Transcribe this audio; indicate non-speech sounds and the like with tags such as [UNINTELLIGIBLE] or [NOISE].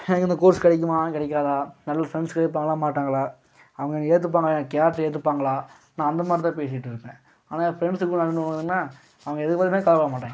எனக்கு இந்த கோர்ஸ் கிடைக்குமா கிடைக்காதா நல்ல ஃப்ரெண்ட்ஸ் கிடைப்பாங்களா மாட்டாங்களா அவங்க என்னை ஏற்றுப்பானுவோலா என் கேரக்ட்ரை ஏற்றுப்பாங்களா நான் அந்தமாதிரிதான் பேசிட்டுருப்பேன் ஆனால் என் ஃப்ரெண்ட்ஸுங்க [UNINTELLIGIBLE] அவங்க எதை பற்றியுமே காதில் வாங்க மாட்டாங்க